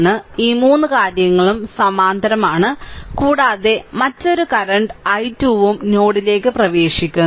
അതിനാൽ ഈ 3 കാര്യങ്ങളും സമാന്തരമാണ് കൂടാതെ മറ്റൊരു കറന്റ് i 2 ഉം നോഡിലേക്ക് പ്രവേശിക്കുന്നു